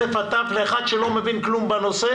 מא' עד ת' לאחד שלא מבין כלום בנושא,